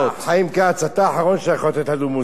חיים כץ, אתה האחרון שיכול להטיף לנו מוסר.